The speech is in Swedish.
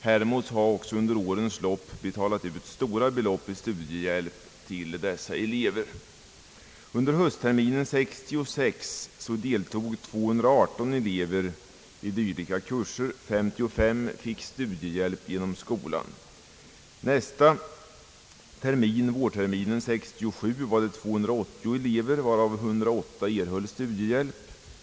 Hermods har också under årens belopp betalat ut stora belopp i studiehjälp till dessa elever. Under höstterminen 1966 deltog 218 elever i dylika kurser; 55 fick studiehjälp genom skolan. Nästa termin, vårterminen 1967, hade man 280 elever, varav 108 fick studiehjälp.